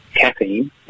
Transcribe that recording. caffeine